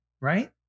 right